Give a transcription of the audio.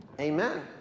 Amen